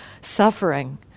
suffering